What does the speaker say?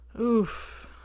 oof